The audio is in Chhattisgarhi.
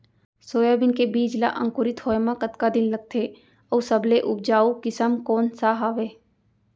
सोयाबीन के बीज ला अंकुरित होय म कतका दिन लगथे, अऊ सबले उपजाऊ किसम कोन सा हवये?